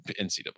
NCAA